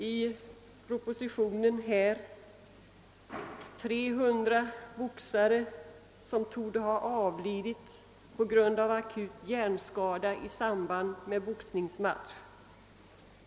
I propositionen sägs att 300 boxare torde ha avlidit på grund av akut hjärnskada i samband med boxningsmatcher.